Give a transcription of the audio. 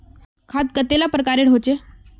खाद कतेला प्रकारेर होचे?